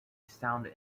sound